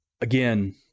Again